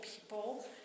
people